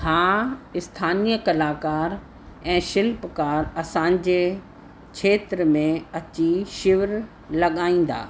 हा स्थानिय कलाकार ऐं शिल्पकार असांजे खेत्र में अची शिविर लॻाईंदा